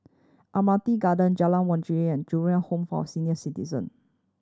Admiralty Garden Jalan Waringin and Ju Eng Home for Senior Citizen